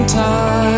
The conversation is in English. time